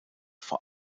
vor